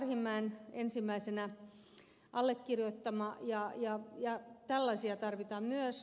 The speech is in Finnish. arhinmäen ensimmäisenä allekirjoittama ja tällaisia tarvitaan myös